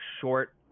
short